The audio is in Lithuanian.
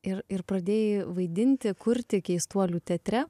ir ir pradėjai vaidinti kurti keistuolių teatre